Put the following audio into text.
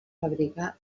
fabricar